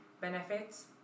benefits